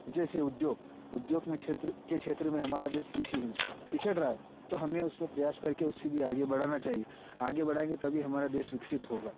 जैसे उद्योग उद्योग में क्षेत्र के क्षेत्र में हमार देश पीछे है पिछड़ रहा है तो हमें उसमें प्रयास करके उससे भी आगे बढ़ाना चाहिए आगे बढ़ाएँगे तभी देश विकसित होगा